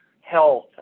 health